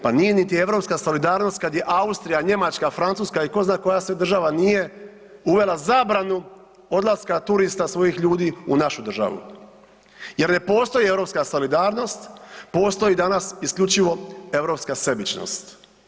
Pa nije niti europska solidarnost kada je Austrija, Njemačka, Francuska i tko zna koja sve država nije uvela zabranu odlaska turista svojih ljudi u našu državu jer ne postoji europska solidarnost, postoji danas isključivo europska sebičnost.